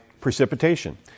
precipitation